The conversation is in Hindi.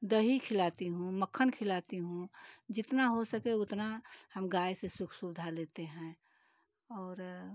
दही खिलाती हूँ मक्खन खिलाती हूँ जितना हो सके उतना हम गाय से सुख सुविधा लेते हैं और